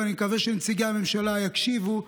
ואני מקווה שנציגי הממשלה יקשיבו,